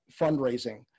fundraising